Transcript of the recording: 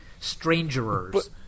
Strangerers